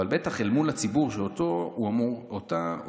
אבל בטח אל מול הציבור שאותו הוא אמור לשרת.